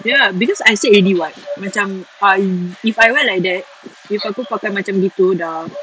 ya because I said already [what] macam um if I wear like that if aku pakai macam gitu dah